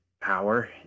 power